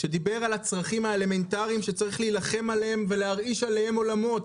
שדיבר על הצרכים האלמנטריים שצריך להילחם עליהם ולהרעיש עליהם עולמות,